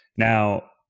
Now